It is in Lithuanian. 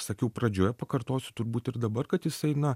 sakiau pradžioje pakartosiu turbūt ir dabar kad jisai na